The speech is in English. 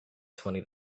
twenty